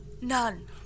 None